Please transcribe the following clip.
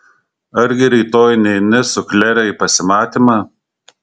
argi rytoj neini su klere į pasimatymą